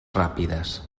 ràpides